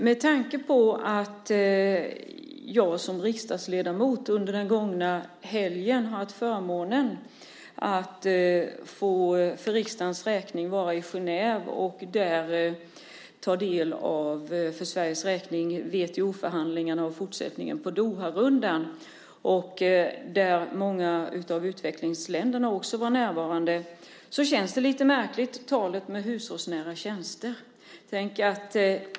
Under den gångna helgen har jag, som riksdagsledamot, haft förmånen att för riksdagens räkning få vara i Genève och, för Sveriges räkning, ta del av WTO-förhandlingarna och fortsättningen på Doharundan. Många av utvecklingsländerna var också närvarande. Då känns talet om hushållsnära tjänster lite märkligt.